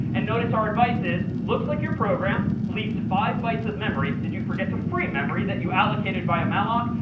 and notice our advices, looks like your program leaked five bytes of memory. did you forget to free memory that you allocated via malloc.